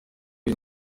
iyi